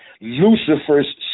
Lucifer's